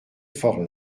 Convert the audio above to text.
fort